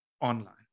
online